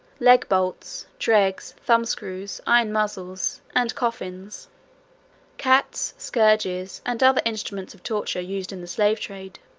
leg-bolts, drags, thumb-screws, iron muzzles, and coffins cats, scourges, and other instruments of torture used in the slave trade.